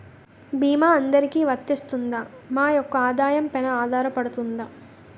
భీమా అందరికీ వరిస్తుందా? మా యెక్క ఆదాయం పెన ఆధారపడుతుందా?